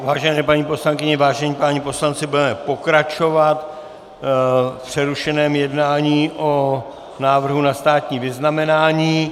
Vážené paní poslankyně, vážení páni poslanci, budeme pokračovat v přerušeném jednání o návrhu na státní vyznamenání.